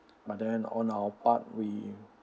but then on our part we